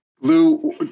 Lou